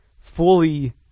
fully